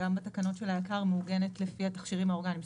גם בתקנות מעוגנת לפי התכשירים האורגניים.